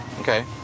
okay